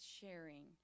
sharing